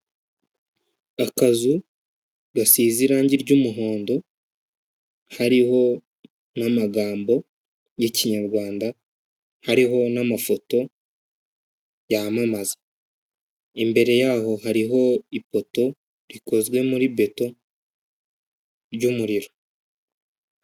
Akazu gasize irangi ry'muhondo hariho n'amagambo y'ikinyarwanda, hariho n'amafoto yamamaza. Imbere yaho hariho ipoto rikozwe muri beto ry'umuriro.